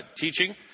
teaching